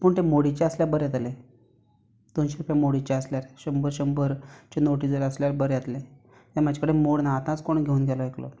पूण तें मोडीचें आसल्यार बर जातलें दोनशीं रुपया मोडीचें आसल्यार शंबर शंबर चे नोटी जर आसल्यार बरें जातलें म्हाज कडेन मोड ना आतांच कोण घेवून गेलो एकलो